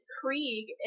Krieg